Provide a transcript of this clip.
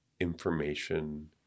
information